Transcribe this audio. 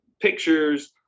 pictures